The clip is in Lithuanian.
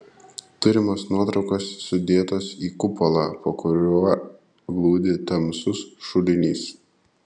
turimos nuotraukos sudėtos į kupolą po kuriuo glūdi tamsus šulinys